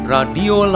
Radio